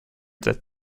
that